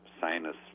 sinus